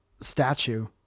statue